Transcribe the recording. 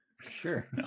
sure